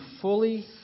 fully